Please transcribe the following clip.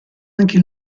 anche